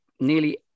nearly